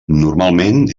normalment